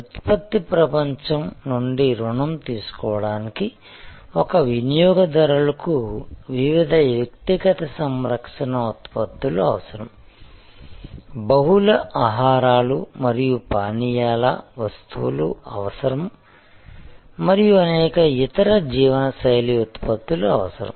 ఉత్పత్తి ప్రపంచం నుండి రుణం తీసుకోవడానికి ఒక వినియోగదారులకు వివిధ వ్యక్తిగత సంరక్షణ ఉత్పత్తులు అవసరం బహుళ ఆహారాలు మరియు పానీయాల వస్తువులు అవసరం మరియు అనేక ఇతర జీవనశైలి ఉత్పత్తులు అవసరం